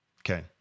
Okay